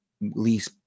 least